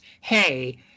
hey